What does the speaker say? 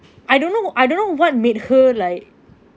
I don't know I don't know what made her like